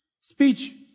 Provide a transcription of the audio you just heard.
Speech